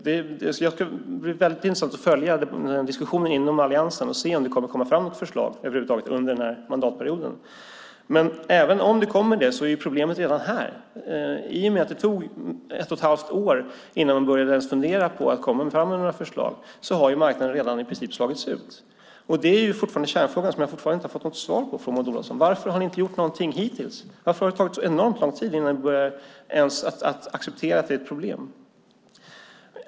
Det ska bli intressant att följa diskussionen inom alliansen och se om det kommer något förslag under den här mandatperioden. Även om förslag kommer är problemet redan här. I och med att det tog ett och ett halvt år innan man ens började fundera på att komma med några förslag har marknaden i princip slagits ut. Den kärnfråga som jag fortfarande inte fått något svar på, Maud Olofsson, är varför ni inte gjort någonting hittills. Varför har det tagit så lång tid innan ni ens börjat acceptera att det är ett problem?